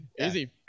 Easy